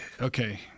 Okay